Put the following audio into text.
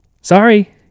Sorry